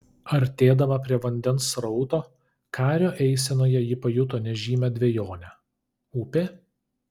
artėdama prie vandens srauto kario eisenoje ji pajuto nežymią dvejonę upė